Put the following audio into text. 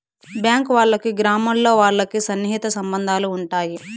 bank వాళ్ళకి గ్రామాల్లో వాళ్ళకి సన్నిహిత సంబంధాలు ఉంటాయి